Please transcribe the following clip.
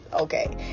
okay